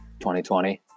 2020